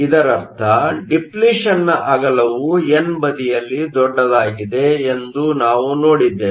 ಇದರರ್ಥ ಡಿಪ್ಲಿಷನ್Depletionನ ಅಗಲವು ಎನ್ ಬದಿಯಲ್ಲಿ ದೊಡ್ಡದಾಗಿದೆ ಎಂದು ನಾವು ನೋಡಿದ್ದೇವೆ